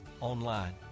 online